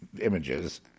images